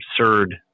absurd